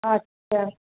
আচ্ছা